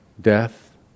death